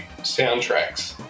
soundtracks